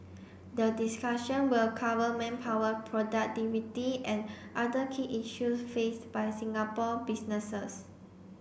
the discussion will cover manpower productivity and other key issues faced by Singapore businesses